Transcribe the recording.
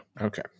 Okay